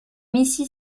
missy